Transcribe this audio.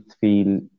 feel